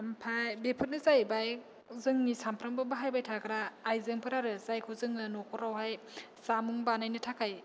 ओमफाय बेफोरनो जाहैबाय जोंनि सामफ्रामबो बाहायबाय थाग्रा आइजेंफोर आरो जायखौ जोङो न'खराव हाय जामुं बानायनो थाखाय